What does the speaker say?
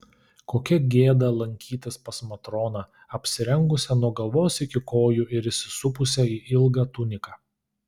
kokia gėda lankytis pas matroną apsirengusią nuo galvos iki kojų ir įsisupusią į ilgą tuniką